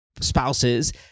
spouses